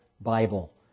Bible